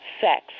sex